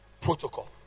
protocol